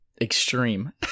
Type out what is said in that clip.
extreme